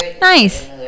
Nice